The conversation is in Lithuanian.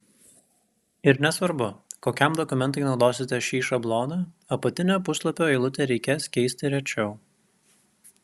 ir nesvarbu kokiam dokumentui naudosite šį šabloną apatinę puslapio eilutę reikės keisti rečiau